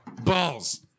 balls